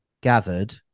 gathered